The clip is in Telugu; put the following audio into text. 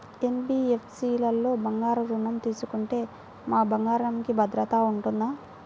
ఎన్.బీ.ఎఫ్.సి లలో బంగారు ఋణం తీసుకుంటే మా బంగారంకి భద్రత ఉంటుందా?